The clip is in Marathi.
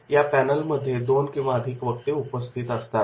या पॅनल मध्ये दोन किंवा अधिक वक्ते उपस्थित असतील